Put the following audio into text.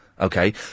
okay